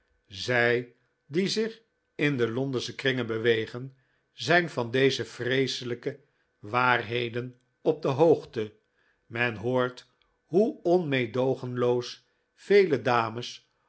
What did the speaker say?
zij die zich in de londensche kringen bewegen zijn van deze vreeselijke waarheden op de hoogte men hoort hoe onmeedoogenloos vele dames